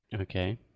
Okay